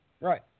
right